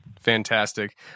Fantastic